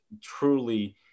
truly